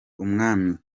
umwami